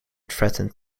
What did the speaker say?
threatened